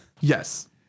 Yes